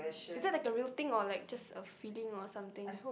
is that like a real thing or like just a feeling or something